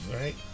right